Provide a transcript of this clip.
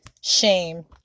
Shame